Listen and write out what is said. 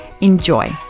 Enjoy